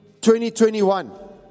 2021